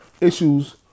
issues